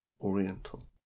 Oriental